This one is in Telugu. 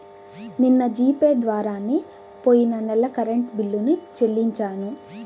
నిన్న జీ పే ద్వారానే పొయ్యిన నెల కరెంట్ బిల్లుని చెల్లించాను